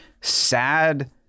sad